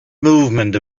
movement